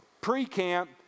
pre-camp